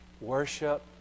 Worship